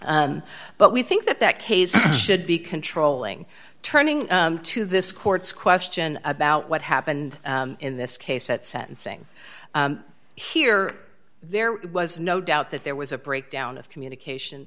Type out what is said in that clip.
but we think that that case should be controlling turning to this court's question about what happened in this case at sentencing here there was no doubt that there was a breakdown of communication